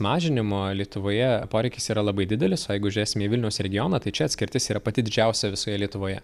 mažinimo lietuvoje poreikis yra labai didelis o jeigu žiūrėsim į vilniaus regioną tai čia atskirtis yra pati didžiausia visoje lietuvoje